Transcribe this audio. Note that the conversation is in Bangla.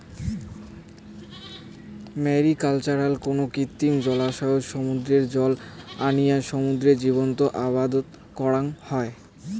ম্যারিকালচারত কুনো কৃত্রিম জলাশয়ত সমুদ্রর জল আনিয়া সমুদ্রর জীবজন্তু আবাদ করাং হই